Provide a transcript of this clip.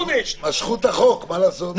משכו את החוק, מה לעשות?